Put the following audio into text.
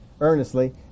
earnestly